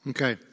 Okay